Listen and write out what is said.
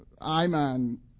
Iman